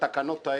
התקנות האלה,